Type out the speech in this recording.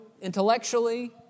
intellectually